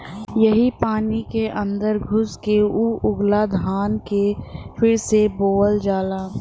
यही पानी क अन्दर घुस के ऊ उगला धान के फिर से बोअल जाला